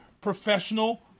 professional